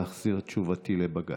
להחזיר את תשובתי לבג"ץ.